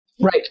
right